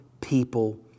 people